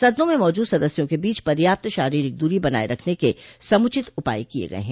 सदनों में मौजूद सदस्यों के बीच पर्याप्त शारीरिक दूरी बनाए रखने के समूचित उपाए किए गए हैं